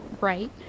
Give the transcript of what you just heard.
right